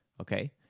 Okay